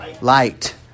Light